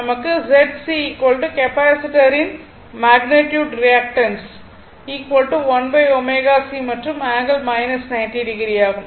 நமக்கு Z C கெப்பாசிட்டரின் magnitude reactance 1 ω C மற்றும் ∠ 90o ஆகும்